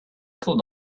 could